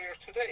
today